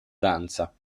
danza